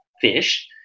Fish